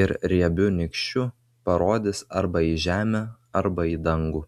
ir riebiu nykščiu parodys arba į žemę arba į dangų